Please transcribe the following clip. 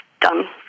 done